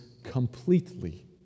completely